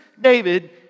David